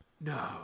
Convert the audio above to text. No